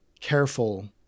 careful